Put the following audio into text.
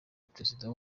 perezida